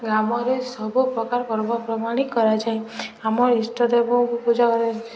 ଗ୍ରାମରେ ସବୁ ପ୍ରକାର ପର୍ବପର୍ବାଣି କରାଯାଏ ଆମର ଇଷ୍ଟଦେବଙ୍କୁ ପୂଜା କରାଯାଏ